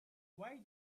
why